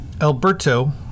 Alberto